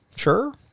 Sure